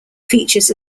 features